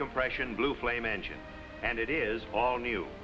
compression blue flame engine and it is all new